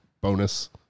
bonus